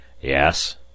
yes